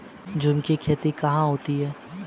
झूम की खेती कहाँ होती है?